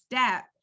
step